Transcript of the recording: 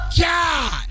God